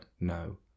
No